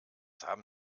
haben